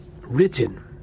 written